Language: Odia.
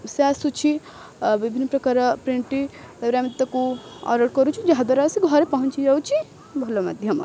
ସେ ଆସୁଛି ବିଭିନ୍ନ ପ୍ରକାର ପ୍ରିଣ୍ଟ୍ଟି ଦ୍ୱାରା ଆମେ ତାକୁ ଅର୍ଡ଼ର୍ କରୁଛୁ ଯାହାଦ୍ୱାରା ଆସିକି ଘରେ ପହଞ୍ଚିଯାଉଛି ଭଲ ମାଧ୍ୟମ